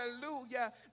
Hallelujah